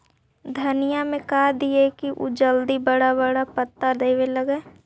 धनिया में का दियै कि उ जल्दी बड़ा बड़ा पता देवे लगै?